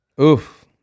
oof